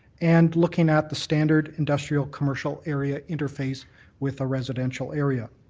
and looking at the standard industrial commercial area interface with a residential area.